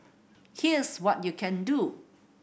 here's what you can do